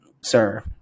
Sir